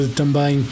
também